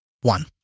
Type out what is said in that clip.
One